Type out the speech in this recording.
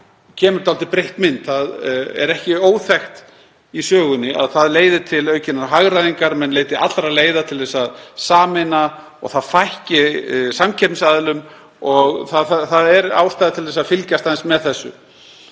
kemur dálítið breytt mynd. Það er ekki óþekkt í sögunni að það leiði til aukinnar hagræðingar, menn leiti allra leiða til að sameina og það fækki samkeppnisaðilum. Það er ástæða til að fylgjast aðeins með þessu.